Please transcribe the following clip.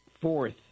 fourth